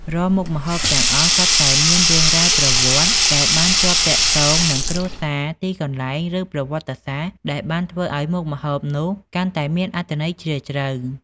រាល់មុខម្ហូបទាំងអស់សុទ្ធតែមាន រឿងរ៉ាវប្រវត្តិ ដែលបានជាប់ទាក់ទងនឹងគ្រួសារ ទីកន្លែង ឬប្រវត្តិសាស្ត្រ ដែលបានធ្វើឱ្យមុខម្ហូបនោះកាន់តែមានអត្ថន័យជ្រាលជ្រៅ។